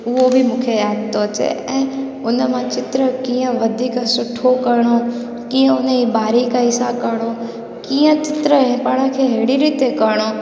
उहो बि मूंखे यादि थो अचे उन मां चित्र कीअं वधीक सुठो करिणो कीअं उन ई बारीक हिसा करिणो कीअं चित्र इहो पाण खे अहिड़ी रीति करिणो